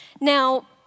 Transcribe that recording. Now